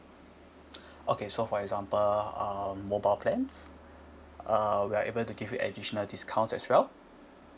okay so for example uh mobile plans uh we're able to give you additional discounts as well